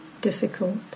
difficult